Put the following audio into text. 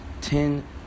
ten